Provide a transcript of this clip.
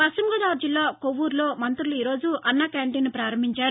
పశ్చిమగోదావరి జిల్లా కొవ్వూరులో మంతులు ఈరోజు అన్న క్యాంటీన్ను పారంభించారు